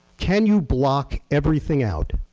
can you block everything out,